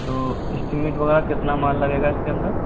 तो स्टीमेट वगैरह कितना माल लगेगा इसके अंदर